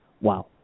wow